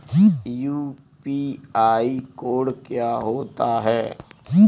UPI code क्या होता है?